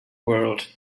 world